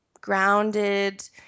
grounded